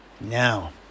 Now